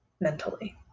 mentally